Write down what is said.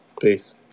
Peace